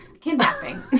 kidnapping